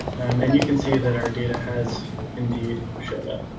and you can see that our data has indeed showed up.